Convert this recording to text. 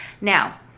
Now